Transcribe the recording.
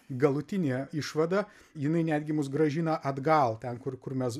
galutinė išvada jinai netgi mus grąžina atgal ten kur kur mes